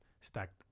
stacked